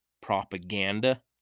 propaganda